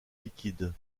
liquides